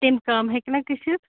تَمہِ کَم ہیٚکہِ نہ گٔژھِتھ